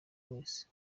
wese